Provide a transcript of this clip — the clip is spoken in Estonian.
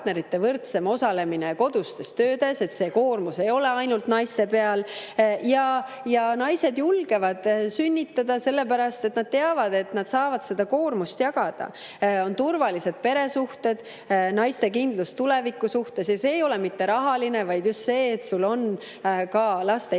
võrdsem osalemine kodustes töödes, see koormus ei ole ainult naiste peal. Naised julgevad sünnitada, sellepärast et nad teavad, et nad saavad seda koormust jagada. On turvalised peresuhted, naiste kindlus tuleviku suhtes. Ja see ei ole mitte rahaline, vaid just see, et laste